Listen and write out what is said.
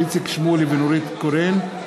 איציק שמולי ונורית קורן,